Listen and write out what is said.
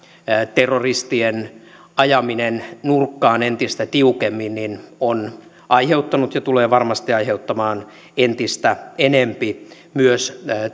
terroristien ajaminen nurkkaan entistä tiukemmin on aiheuttanut ja tulee varmasti aiheuttamaan entistä enempi myös